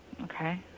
Okay